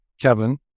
Kevin